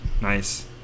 Nice